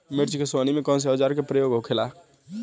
मिर्च के सोहनी में कौन सा औजार के प्रयोग होखेला?